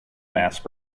mask